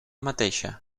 mateixa